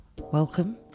welcome